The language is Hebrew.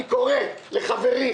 אני קורא לחברי